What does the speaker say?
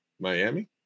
Miami